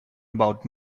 about